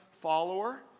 follower